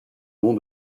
nom